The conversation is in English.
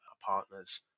partner's